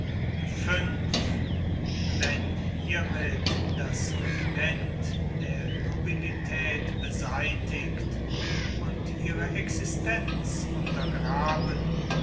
wenn hiermit das regiment der nobilität beseitigt und ihre existenz untergraben